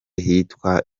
hitwa